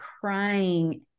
crying